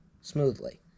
smoothly